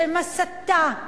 שהם הסתה,